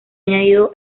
añadido